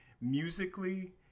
musically